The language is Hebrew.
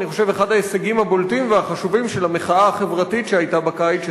אחד ההישגים הבולטים והחשובים של המחאה החברתית שהיתה בקיץ,